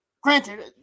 granted